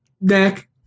Neck